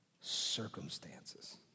circumstances